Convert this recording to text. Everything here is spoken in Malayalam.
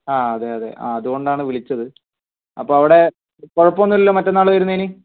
ആ അതെ അതെ ആ അതുകൊണ്ടാണ് വിളിച്ചത് അപ്പോൾ അവിടെ കുഴപ്പമൊന്നുമില്ലല്ലോ മറ്റന്നാൾ വരുന്നതിന്